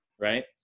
right